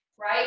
right